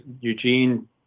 Eugene